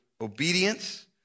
obedience